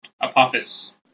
Apophis